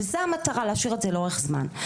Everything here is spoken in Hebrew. וזו המטרה, להשאיר את זה לאורך זמן.